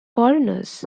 foreigners